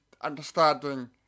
understanding